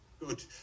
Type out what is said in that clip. Good